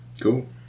Cool